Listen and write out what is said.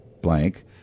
blank